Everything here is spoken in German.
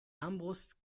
armbrust